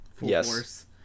yes